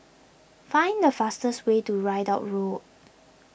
find the fastest way to Ridout Road